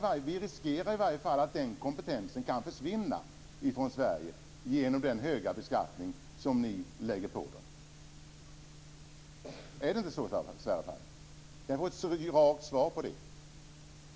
Vi riskerar att den kompetensen försvinner från Sverige genom den höga beskattning som ni ålägger dem. Är det inte så, Sverre Palm? Kan jag få ett rakt svar på den frågan?